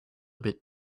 bit